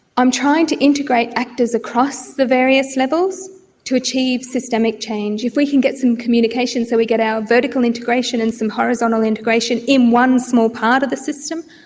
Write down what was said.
i'm trying to integrate actors across the various levels to achieve systemic change. if we can get some communication so we get our vertical integration and some horizontal integration in one small part of the system,